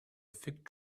fig